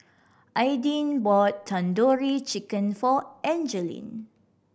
Aidyn bought Tandoori Chicken for Angeline